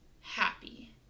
happy